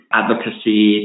advocacy